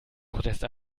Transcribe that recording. protest